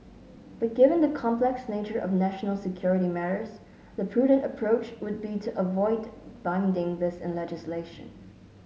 but given the complex nature of national security matters the prudent approach would be to avoid binding this in legislation